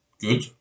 good